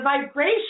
vibration